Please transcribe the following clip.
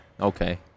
Okay